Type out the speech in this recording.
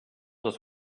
just